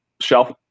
shelf